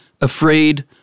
afraid